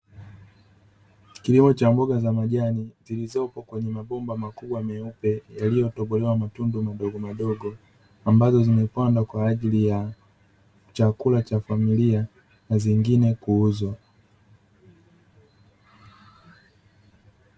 Kilimo cha mboga za majani zilizopo kwenye mabomba makubwa meupe, yaliyotobolewa matundu madogo madogo ambazo zimepanda kwa ajili ya chakula cha familia na zingine kuuzwa.